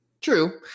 True